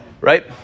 right